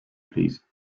please